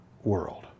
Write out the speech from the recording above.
world